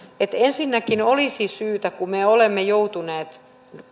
että ensinnäkin kun me olemme joutuneet